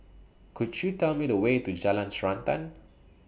Could YOU Tell Me The Way to Jalan Srantan